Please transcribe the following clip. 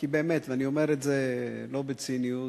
ואני אומר את זה לא בציניות.